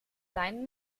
sein